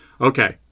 Okay